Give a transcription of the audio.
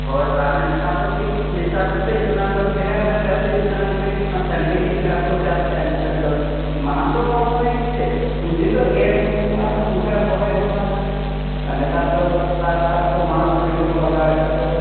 ᱦᱳᱭ ᱵᱟᱝᱟ ᱱᱮᱛᱟᱨ ᱫᱚ ᱠᱟᱹᱡ ᱱᱮᱛᱟᱨ ᱫᱚ ᱠᱟᱹᱡ ᱚᱱᱟ ᱵᱷᱮᱜᱟᱨ ᱫᱷᱟᱨᱟ ᱪᱟᱥ ᱦᱩᱭᱩᱜ ᱠᱟᱱᱟ ᱠᱟᱹᱡ ᱥᱟᱭᱮᱱᱴᱤᱯᱷᱤᱠ ᱫᱷᱟᱨᱟ ᱠᱚ ᱪᱟᱥ ᱮᱜᱼᱟ ᱱᱤᱛᱳᱜ ᱫᱚ ᱢᱟᱲᱟᱝ ᱫᱚ ᱢᱟᱱᱮ ᱪᱮᱫ ᱩᱱᱫᱤᱱ ᱫᱚ ᱮᱨᱻ ᱥᱩᱢᱩᱝ ᱟᱨ ᱚᱱᱠᱟ ᱨᱚᱦᱚᱭ ᱦᱚᱸ ᱵᱟᱝᱟ ᱟᱨ ᱱᱮᱛᱟᱨ ᱫᱚ ᱥᱟᱨ ᱯᱷᱟᱨ ᱠᱚ ᱢᱟᱲᱟᱝ ᱠᱚᱨᱮ ᱜᱮᱵᱚᱱ ᱞᱟᱜᱟᱣᱮᱜᱼᱟ ᱟᱵᱚ